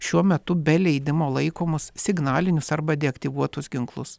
šiuo metu be leidimo laikomus signalinius arba deaktyvuotus ginklus